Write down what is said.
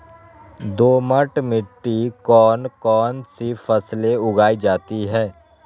दोमट मिट्टी कौन कौन सी फसलें उगाई जाती है?